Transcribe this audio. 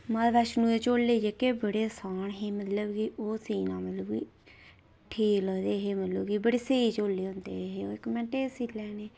माता वैष्णो दे झोले जेह्के बड़े आसान हे मतलब कि ओह् सीना मतलब की ठीक लगदे हे मतलब की बड़े स्हेई झोले होंदे हे ओह् इक्क मैंटें ई सीऽ लैने